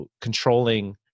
controlling